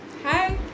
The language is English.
Hi